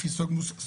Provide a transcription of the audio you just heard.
לפי סוג מוסד,